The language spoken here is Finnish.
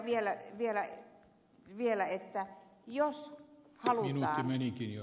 toinen asia vielä että jos halutaan